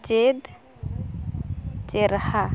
ᱪᱮᱫ ᱪᱮᱨᱦᱟ